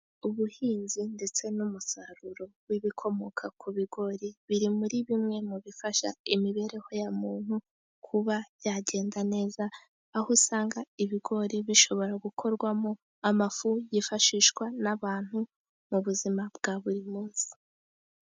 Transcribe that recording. Ubuhinzi ndetse n'umusaruro w'ibikomoka ku bigori biri muri bimwe mu bifasha imibereho ya muntu kuba yagenda neza, aho usanga ibigori bishobora gukorwamo amafu yifashishwa n'abantu mu buzima bwa buri munsi.